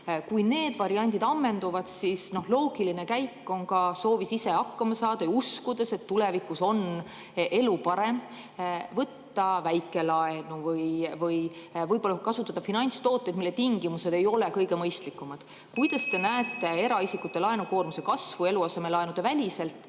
Kui need variandid ammenduvad, siis loogiline käik on, soovides ise hakkama saada ja uskudes, et tulevikus on elu parem, võtta väikelaenu või võib-olla kasutada finantstooteid, mille tingimused ei ole kõige mõistlikumad. (Juhataja helistab kella.) Kuidas te näete eraisikute laenukoormuse kasvu eluasemelaenudeväliselt